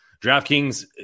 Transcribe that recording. DraftKings